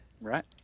Right